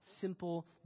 simple